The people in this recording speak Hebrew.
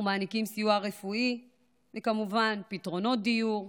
אנחנו מעניקים סיוע רפואי וכמובן פתרונות דיור,